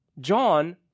John